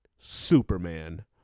Superman